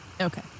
Okay